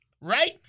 right